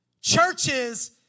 Churches